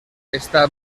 esta